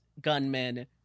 gunmen